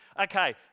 okay